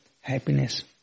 happiness